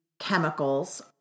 chemicals